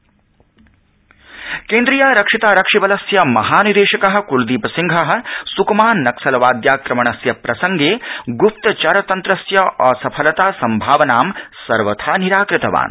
केन्द्रीयारक्षितारक्षिबलम् केन्द्रीयारक्षितारक्षिबलस्य महानिदेशक क्लदीप सिंह सुकमा नक्सलवाद्याक्रमणस्य प्रसंगे ग्प्तचरतन्त्रस्य असफलता संभावनां सर्वथा निराकृतवान्